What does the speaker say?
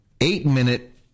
eight-minute